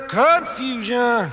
confusion